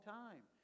time